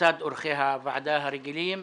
לצד אורחי הוועדה הרגילים.